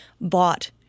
bought